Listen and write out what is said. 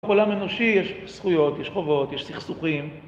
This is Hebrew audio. בעולם אנושי יש זכויות, יש חובות, יש סכסוכים